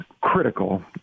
critical